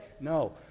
No